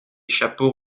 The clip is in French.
chapeaux